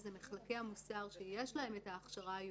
בכל מקרה,